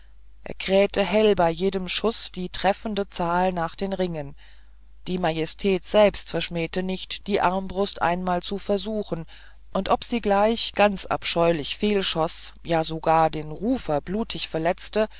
krähte hell bei jedem schuß die betreffende zahl nach den ringen die majestät selber verschmähte nicht die armbrust einmal zu versuchen und ob sie gleich ganz abscheulich fehlschoß ja sogar den rufer blutig verletzte